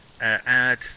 Add